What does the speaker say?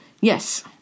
Yes